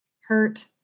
hurt